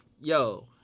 yo